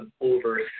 over